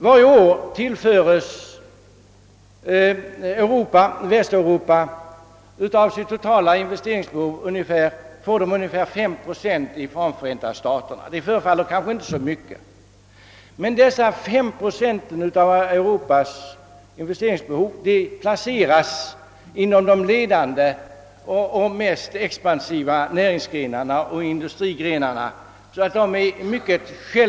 Varje år får Västeuropa av sitt totala investeringsbehov ungefär 5 procent från Förenta staterna. Det förefaller kanske inte vara så mycket, men dessa 5 procent av Europas investeringsbehov placeras inom de ledande och mest expansiva näringsgrenarna och industrigrenarna.